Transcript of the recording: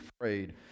afraid